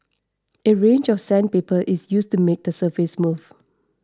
a range of sandpaper is used to make the surface smooth